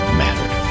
mattered